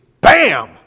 bam